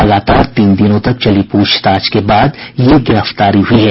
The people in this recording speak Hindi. लगातार तीन दिनों तक चली पूछताछ के बाद यह गिरफ्तारी हुई है